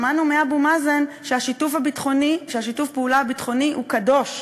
שמענו מאבו מאזן ששיתוף הפעולה הביטחוני הוא קדוש,